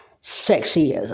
sexy